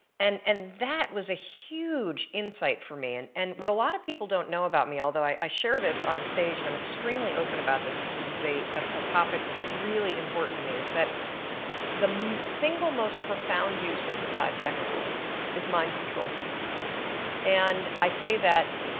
and and that was a huge insight for me. and and what a lot of people don't know about me although i share this on stage and i'm extremely open about this because this is a a topic that's really important to me. the single most profound use of the five second rule is mind control and i say that